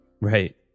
Right